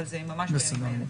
אבל זה יהיה ממש בימים האלה.